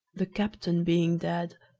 the captain being dead,